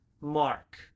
mark